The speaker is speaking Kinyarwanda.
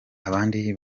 abandi